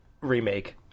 remake